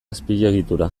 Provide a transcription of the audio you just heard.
azpiegitura